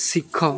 ଶିଖ